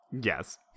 Yes